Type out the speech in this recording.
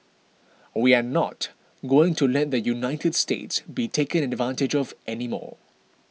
we are not going to let the United States be taken advantage of any more